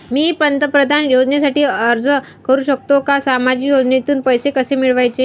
मी पंतप्रधान योजनेसाठी अर्ज करु शकतो का? सामाजिक योजनेतून पैसे कसे मिळवायचे